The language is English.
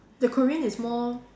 the Korean is more